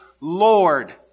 Lord